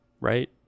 right